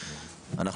כך אני מקווה.